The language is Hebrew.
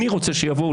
אני רוצה שהם יבואו,